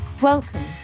Welcome